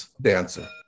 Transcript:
dancer